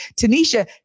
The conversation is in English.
Tanisha